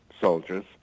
soldiers